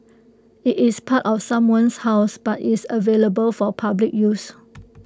IT is part of someone's house but is available for public use